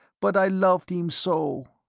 but i loved him so.